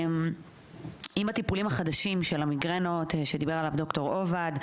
עם הטיפולים החדשים של המיגרנות שדיבר עליו ד"ר עובד,